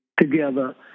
together